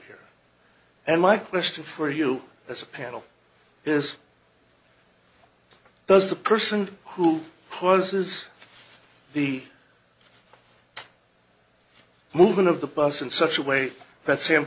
here and my question for you as a panel is does the person who causes the movement of the bus in such a way that sam